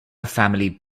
family